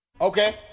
Okay